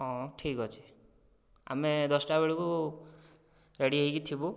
ହଁ ଠିକ ଅଛି ଆମେ ଦଶଟା ବେଳକୁ ରେଡ଼ି ହୋଇକି ଥିବୁ